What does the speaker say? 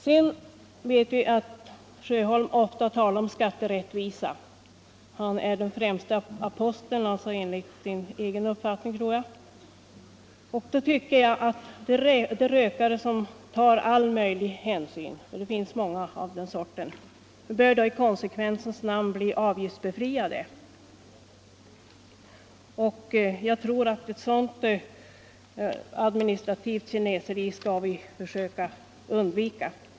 Vi vet att herr Sjöholm ofta talar om skatterättvisa. Han är den främste aposteln för sådan rättvisa enligt sin egen uppfattning, tror jag. Då tycker jag att de rökare som tar all möjlig hänsyn — och det finns många av den sorten —- i konsekvensens namn bör bli avgiftsbefriade. Ett sådant administrativt kineseri tror jag att vi skall försöka undvika.